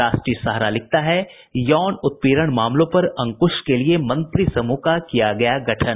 राष्ट्रीय सहारा लिखता है यौन उत्पीड़न मामलों पर अंकुश के लिए मंत्री समूह का किया गया गठन